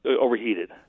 overheated